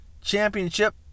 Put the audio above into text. championship